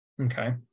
Okay